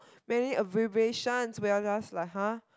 many abbreviations where I was just like !huh!